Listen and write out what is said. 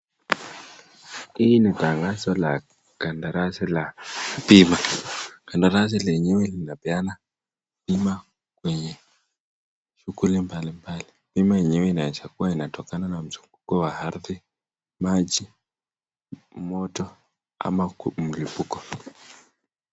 Hili ni tangazo la kandarasi la bima, kandarasi lenyewe linapeana bima kwenye shughuli mbalimbali. Bima lenyewe linachagua inatokana na mtetemeko wa ardhi, maji, moto au mlipuko.